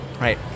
right